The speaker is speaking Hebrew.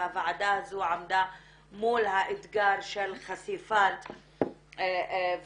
והוועדה הזו עמדה מול האתגר של חשיפה